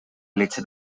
leche